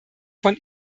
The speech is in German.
von